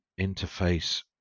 interface